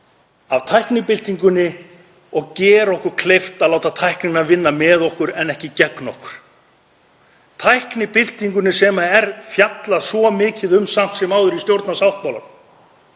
af tæknibyltingunni og gera okkur kleift að láta tæknina vinna með okkur en ekki gegn okkur, tæknibyltingunni sem er fjallað svo mikið um samt sem áður í stjórnarsáttmálanum.